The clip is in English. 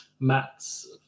mats